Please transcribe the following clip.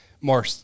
more